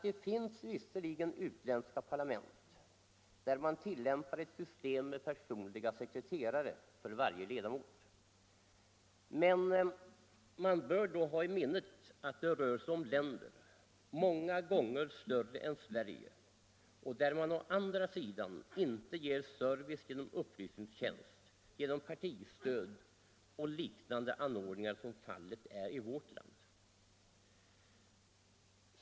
Det finns visserligen utländska parlament där man tillämpar ett system med personliga sekreterare för varje ledamot, men man bör då ha i minnet att det rör sig om länder som är många gånger större än Sverige och där man å andra sidan inte ger service genom upplysningstjänst, partistöd och liknande anordningar som fallet är i vårt land.